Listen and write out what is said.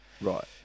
right